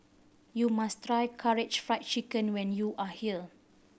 you must try Karaage Fried Chicken when you are here